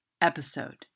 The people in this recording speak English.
episode